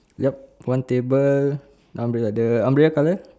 ya one table umbrella the umbrella colour